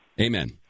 Amen